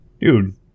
Dude